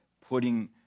putting